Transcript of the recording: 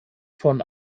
von